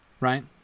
right